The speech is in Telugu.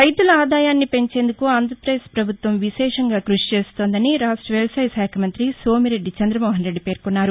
రైతుల ఆదాయాన్ని పెంచేందుకు ఆంధ్రప్రదేశ్ పభుత్వం విశేషంగా కృషి చేస్తోందని రాష్ట వ్యవసాయ శాఖ మంతి సోమిరెడ్డి చందమోహనరెడ్డి పేర్కొన్నారు